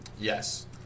Yes